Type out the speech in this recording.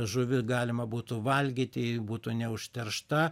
žuvį galima būtų valgyti būtų neužteršta